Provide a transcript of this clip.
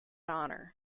honour